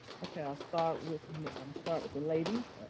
okay, i'll start with and um start with the ladies.